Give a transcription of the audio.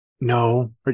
No